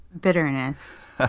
bitterness